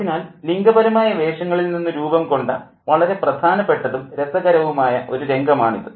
അതിനാൽ ലിംഗപരമായ വേഷങ്ങളിൽ നിന്ന് രൂപം കൊണ്ട വളരെ പ്രധാനപ്പെട്ടതും രസകരവുമായ ഒരു രംഗമാണിത്